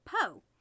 Poe